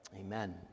Amen